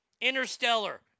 Interstellar